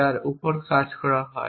যার উপর কাজ করা হয়